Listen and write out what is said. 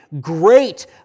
great